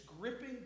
gripping